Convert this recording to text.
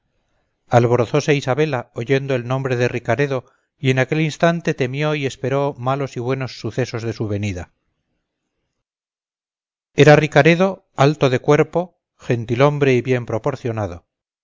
venía alborozóse isabela oyendo el nombre de ricaredo y en aquel instante temió y esperó malos y buenos sucesos de su venida era ricaredo alto de cuerpo gentilhombre y bien proporcionado